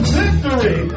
victory